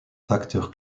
facteur